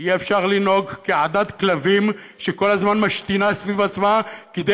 אי-אפשר לנהוג כעדת כלבים שכל הזמן משתינה סביב עצמה כדי